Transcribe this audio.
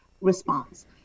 response